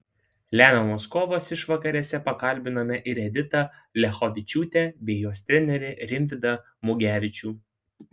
lemiamos kovos išvakarėse pakalbinome ir editą liachovičiūtę bei jos trenerį rimvydą mugevičių